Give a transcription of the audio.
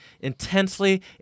intensely